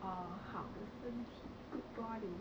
or 好的身体 good body